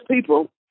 people